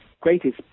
greatest